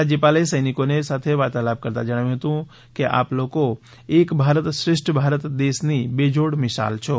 રાજ્યપાલે સૈનિકો સાથે વાર્તાલાપ કરતાં જણાવ્યું હતું કે આપ લોકો એક ભારત શ્રેષ્ઠ ભારત દેશ ની બેજોડ મિસાલ છો